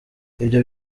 ibyo